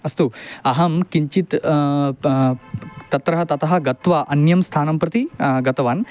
अस्तु अहं किञ्चित् तत्रः ततः गत्वा अन्यं स्थानं प्रति गतवान्